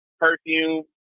perfume